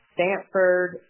Stanford